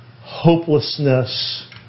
hopelessness